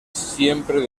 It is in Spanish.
siempre